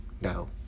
no